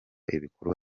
ibikorwa